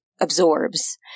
absorbs